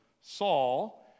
Saul